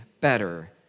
better